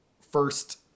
first